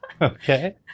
Okay